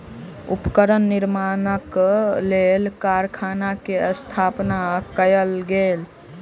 उपकरण निर्माणक लेल कारखाना के स्थापना कयल गेल